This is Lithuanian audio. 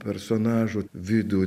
personažo vidų